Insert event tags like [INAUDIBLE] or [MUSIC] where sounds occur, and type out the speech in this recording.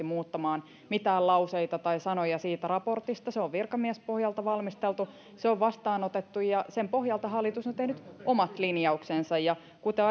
[UNINTELLIGIBLE] muuttamaan mitään lauseita tai sanoja siitä raportista se on virkamiespohjalta valmisteltu se on vastaanotettu ja sen pohjalta hallitus on tehnyt omat linjauksensa ja kuten [UNINTELLIGIBLE]